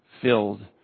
filled